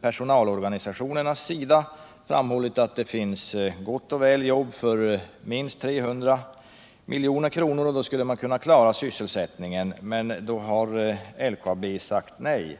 Personalorganisationerna har framhållit att det finns gott och väl jobb för minst 300 milj.kr., och då skulle man kunna klara sysselsättningen. Men LKAB har sagt nej.